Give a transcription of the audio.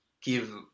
give